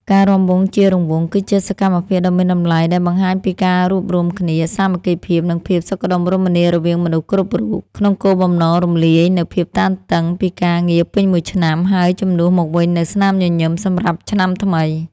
ការរាំវង់ជារង្វង់គឺជាសកម្មភាពដ៏មានតម្លៃ ដែលបង្ហាញពីការរួបរួមគ្នា សាមគ្គីភាព និងភាពសុខដុមរមនារវាងមនុស្សគ្រប់រូប ក្នុងគោលបំណងរំលាយនូវភាពតានតឹងពីការងារពេញមួយឆ្នាំ ហើយជំនួសមកវិញនូវស្នាមញញឹមសម្រាប់ឆ្នាំថ្មី។